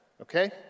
Okay